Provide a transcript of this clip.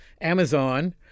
Amazon